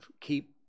keep